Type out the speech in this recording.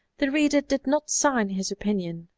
the reader did not sign his opinion,